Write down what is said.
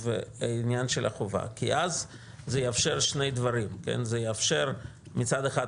ובעניין של החובה כי אז זה יאפשר שני דברים: מצד אחד,